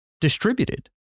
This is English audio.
distributed